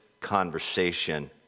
conversation